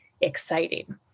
exciting